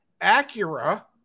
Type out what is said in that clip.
Acura